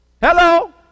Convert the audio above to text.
Hello